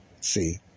See